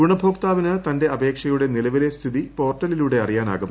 ഗുണഭോക്താവിന് തന്റെ അപേക്ഷയുടെ നിലപ്പിട്ടില്ല സ്ഥിതി പോർട്ടലിലൂടെ അറിയാനാകും